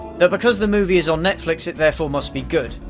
that because the movie is on netflix, it therefore must be good.